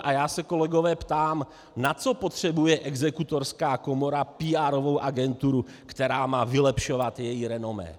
A já se kolegové ptám: na co potřebuje Exekutorská komora PR agenturu, která má vylepšovat její renomé?